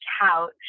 couch